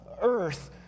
earth